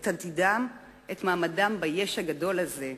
את עתידם, את מעמדם ב"יש" הגדול הזה,